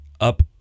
up